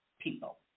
people